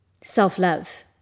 self-love